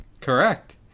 Correct